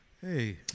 Hey